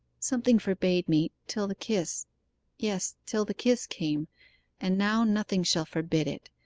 something forbade me till the kiss yes, till the kiss came and now nothing shall forbid it!